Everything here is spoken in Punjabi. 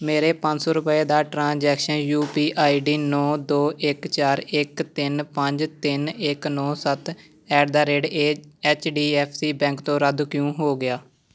ਮੇਰੇ ਪੰਜ ਸੌ ਰੁਪਏ ਦਾ transaction U P I D ਨੌਂ ਦੋ ਇੱਕ ਚਾਰ ਇੱਕ ਤਿੰਨ ਪੰਜ ਤਿੰਨ ਇੱਕ ਨੌਂ ਸੱਤ at the rate A H D F C bank ਤੋਂ ਰੱਦ ਕਿਉਂ ਹੋ ਗਿਆ